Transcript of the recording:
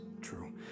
true